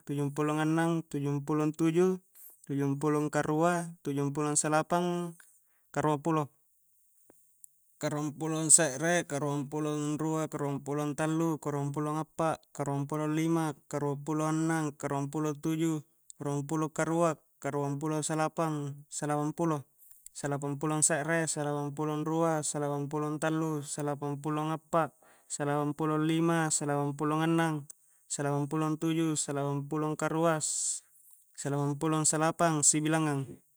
Tujung pulo annang tujung pulo tuju, tujung pulo karua, tujung pulo salapang, karua pulo karua pulo se're, karua pulo rua, karua pulo tallu, karua pulo appa, karua pulo lima, karua pulo annang karua pulo tuju, karua pulo karua, karua pulo salapang salapang pulo salapang pulo se're, salapang pulo rua, salapang pulo tallu, salapang pulo appa, salapang pulo lima, salapang pulo annang salapang pulo tuju salapang pulo karua, salapang pulo salapang, sibilangngang.